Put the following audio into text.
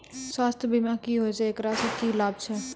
स्वास्थ्य बीमा की होय छै, एकरा से की लाभ छै?